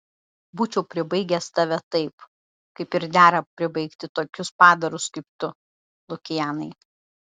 būčiau pribaigęs tave taip kaip ir dera pribaigti tokius padarus kaip tu lukianai